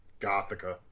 Gothica